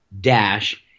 dash